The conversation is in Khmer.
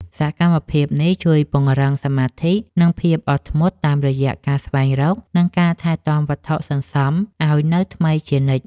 សកម្មភាពនេះជួយពង្រឹងសមាធិ និងភាពអត់ធ្មត់តាមរយៈការស្វែងរក និងការថែទាំវត្ថុសន្សំឱ្យនៅថ្មីជានិច្ច។